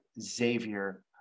Xavier